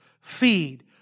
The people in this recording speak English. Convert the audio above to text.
feed